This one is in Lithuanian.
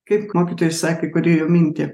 kaip mokytoja sakė kūrėjo mintį